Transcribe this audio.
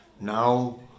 Now